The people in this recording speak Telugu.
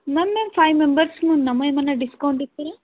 మ్యామ్ మేం ఫైవ్ మెంబర్స్ ఉన్నాము ఏమైనా డిస్కౌంట్ ఇస్తారా